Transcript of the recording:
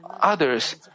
others